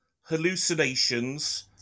hallucinations